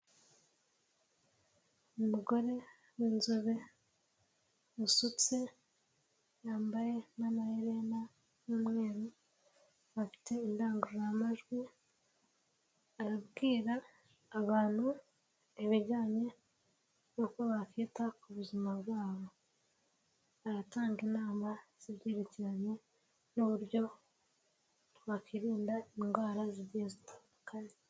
Umugore w'inzobe usutse yambaye n'amaherena n'umweru, afite indangururamajwi arabwira abantu ibijyanye n'uko bakwita ku buzima bwabo, aratanga inama z'ibyerekeranye n'uburyo bakwinda indwara zigiye zitandukanye.